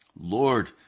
Lord